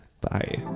Bye